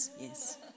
yes